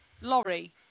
lorry